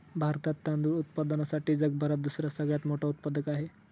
भारतात तांदूळ उत्पादनासाठी जगभरात दुसरा सगळ्यात मोठा उत्पादक आहे